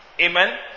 Amen